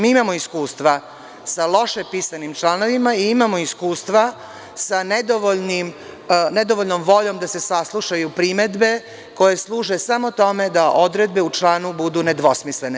Mi imamo iskustva sa loše pisanim članovima, imamo iskustva sa nedovoljnom voljom da se saslušaju primedbe koje služe samo tome da odredbe u članu nedvosmislene.